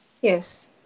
Yes